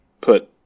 put